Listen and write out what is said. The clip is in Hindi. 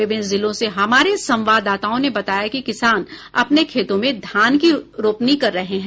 विभिन्न जिलों से हमारे संवाददाताओं ने बताया है कि किसान अपने खेतों में धान की रोपनी कर रहे हैं